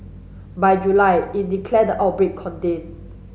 by July it declared the outbreak contained